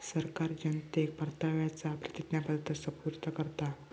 सरकार जनतेक परताव्याचा प्रतिज्ञापत्र सुपूर्द करता